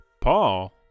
Paul